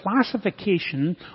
classification